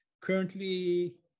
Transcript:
Currently